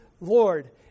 Lord